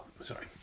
sorry